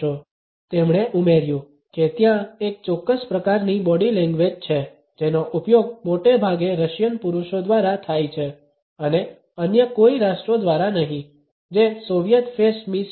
3021 તેમણે ઉમેર્યું કે ત્યાં એક ચોક્કસ પ્રકારની બોડી લેંગ્વેજ છે જેનો ઉપયોગ મોટે ભાગે રશિયન પુરુષો દ્વારા થાય છે અને અન્ય કોઈ રાષ્ટ્રો દ્વારા નહીં જે સોવિયત ફેસ મિસ છે